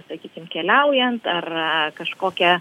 sakykim keliaujant ar kažkokia